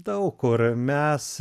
daug kur mes